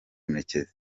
murekezi